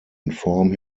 inform